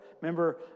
Remember